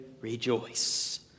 rejoice